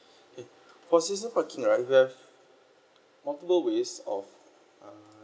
K for season parking right we have multiple ways of uh